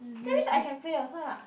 that means I can play also lah